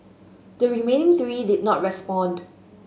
the remaining three did not respond